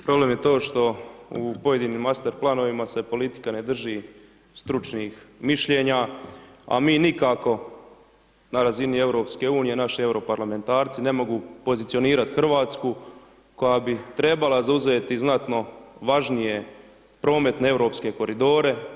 Problem je to što u pojedinim master planovima se politika ne drži stručnih mišljenja a mi nikako na razini EU, naši europarlamentarci ne mogu pozicionirati Hrvatsku koja bi trebala zauzeti znatno važnije prometne europske koridore.